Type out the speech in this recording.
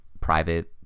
private